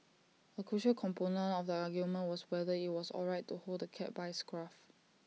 A crucial component of the argument was whether IT was alright to hold the cat by its scruff